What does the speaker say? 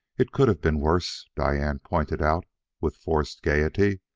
it could have been worse, diane pointed out with forced gaiety.